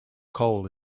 coal